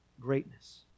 greatness